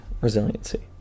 resiliency